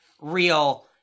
real